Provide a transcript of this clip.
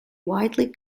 widely